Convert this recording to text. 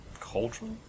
cultural